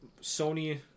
Sony